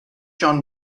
john